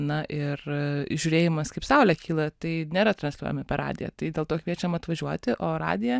na ir žiūrėjimas kaip saulė kyla tai nėra transliuojami per radiją tai dėl to kviečiam atvažiuoti o radiją